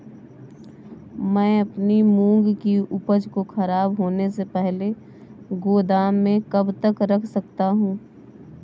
मैं अपनी मूंग की उपज को ख़राब होने से पहले गोदाम में कब तक रख सकता हूँ?